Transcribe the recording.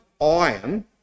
iron